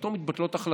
ופתאום מתבטלות החלטות,